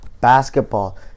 basketball